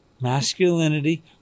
masculinity